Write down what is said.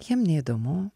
jiem neįdomu